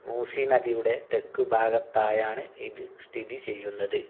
മൂസി നദിയുടെ തെക്ക് ഭാഗത്തായാണ് ഇത് സ്ഥിതി ചെയ്യുന്നത്